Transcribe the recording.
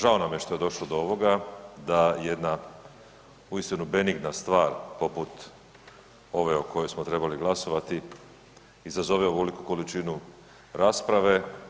Žao nam je što je došlo do ovoga da jedna uistinu benigna stvar poput ove o kojoj smo trebali glasovati izazove ovoliku količinu rasprave.